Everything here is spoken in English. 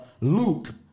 Luke